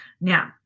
now